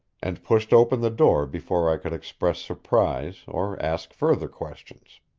and pushed open the door before i could express surprise or ask further questions.